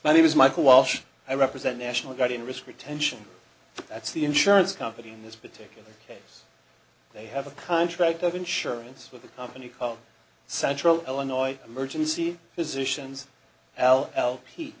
my name is michael walsh i represent national guard in risk retention that's the insurance company in this particular case they have a contract of insurance with a company called central illinois emergency physicians l l